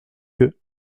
que